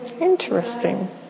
Interesting